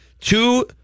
Two